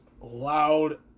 loud